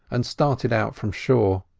and started out from shore.